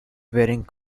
varying